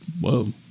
Whoa